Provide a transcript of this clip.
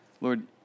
Lord